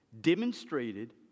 demonstrated